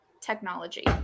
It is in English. technology